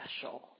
special